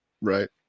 right